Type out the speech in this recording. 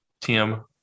Tim